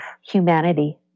humanity